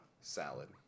salad